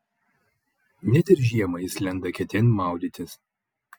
net ir žiemą jis lenda eketėn maudytis